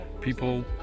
people